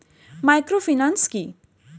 Microfinance কি?